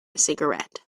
cigarette